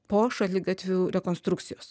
po šaligatvių rekonstrukcijos